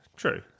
true